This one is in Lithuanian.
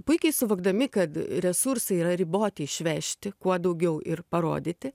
puikiai suvokdami kad resursai yra riboti išvežti kuo daugiau ir parodyti